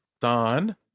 Don